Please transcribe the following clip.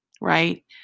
right